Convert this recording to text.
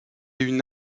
une